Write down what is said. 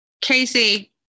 Casey